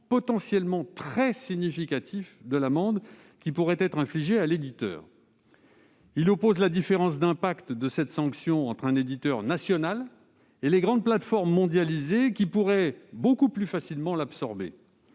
potentiellement très significatif de l'amende pouvant être infligée à l'éditeur. Il met en avant la différence de l'impact d'une telle sanction pour un éditeur national et pour les grandes plateformes mondialisées, qui pourraient beaucoup plus facilement l'absorber.